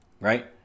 right